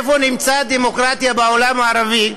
איפה נמצא דמוקרטיה בעולם הערבי?